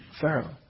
Pharaoh